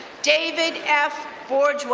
david f. borgeu,